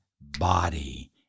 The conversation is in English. body